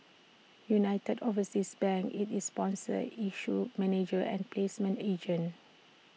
united overseas bank IT is sponsor issue manager and placement agent